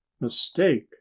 Mistake